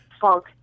funk